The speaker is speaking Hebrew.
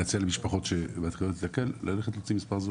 להציע למשפחות --- ללכת להוציא מספר זהות.